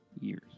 years